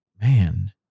man